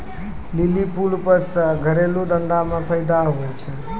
lily फूल उपजा से घरेलू धंधा मे फैदा हुवै छै